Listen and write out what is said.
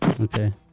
Okay